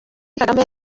kagame